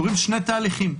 קורים שני תהליכים,